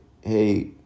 hey